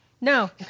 No